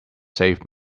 save